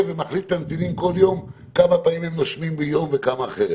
ומחליט לנתינים כל יום כמה פעמים הם נושמים ביום וכמה אחרת.